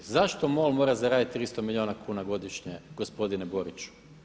Zašto MOL mora zaraditi 300 milijuna kuna godišnje gospodine Boriću?